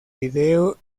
vídeo